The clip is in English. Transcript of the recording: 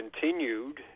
continued